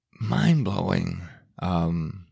mind-blowing